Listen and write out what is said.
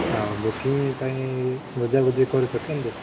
ଆଉ ବୁକିଂ ପାଇଁ ବୁଝାବୁଝି କରିଛ କେମିତି